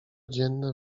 dzienne